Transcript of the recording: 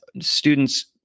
students